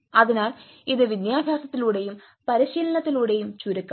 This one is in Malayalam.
അതിനാൽ ഇത് വിദ്യാഭ്യാസത്തിലൂടെയും പരിശീലനത്തിലൂടെയും ചുരുക്കാം